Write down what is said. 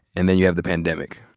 and then you have the pandemic.